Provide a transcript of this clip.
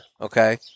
Okay